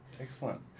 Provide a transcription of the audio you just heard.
Excellent